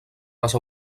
les